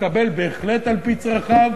יקבל בהחלט על-פי צרכיו,